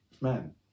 man